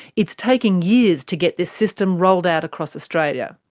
it's taking years to get this system rolled out across australia.